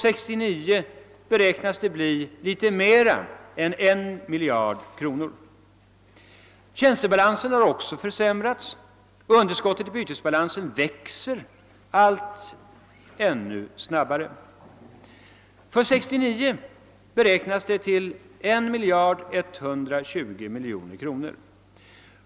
För 1969 beräknas det ha blivit litet mer än 1 miljard kronor. Tjänstebalansen har också försämrats, och underskottet i bytesbalansen växer ännu snabbare. För 1969 beräknas det till 1120 miljoner.